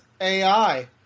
AI